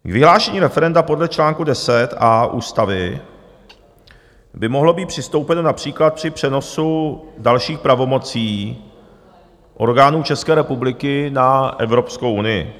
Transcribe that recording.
K vyhlášení referenda podle čl. 10a ústavy by mohlo být přistoupeno například při přenosu dalších pravomocí orgánů České republiky na Evropskou unii.